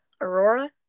Aurora